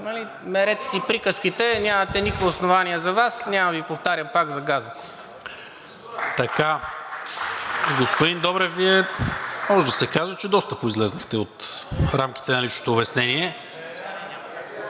мерете си приказките. Нямате никакво основание за Вас, няма да Ви повтарям пак за газа.